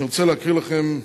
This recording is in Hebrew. אני רוצה להקריא לכם.